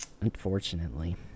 unfortunately